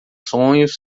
sonhos